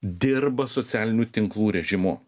dirba socialinių tinklų režimu